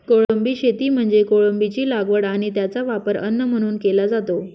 कोळंबी शेती म्हणजे कोळंबीची लागवड आणि त्याचा वापर अन्न म्हणून केला जातो